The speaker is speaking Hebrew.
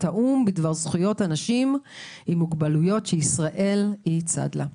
האו"ם בדבר זכויות אנשים עם מוגבלות שישראל היא צד לה.